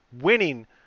winning